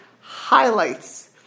highlights